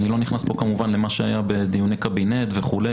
אני כמובן לא נכנס פה למה שהיה בדיוני קבינט וכו',